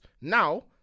Now